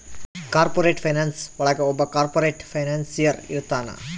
corporate finance ಒಳಗ ಒಬ್ಬ corporate financier ಇರ್ತಾನ